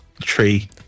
Tree